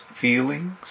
feelings